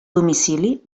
domicili